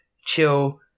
chill